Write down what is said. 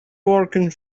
working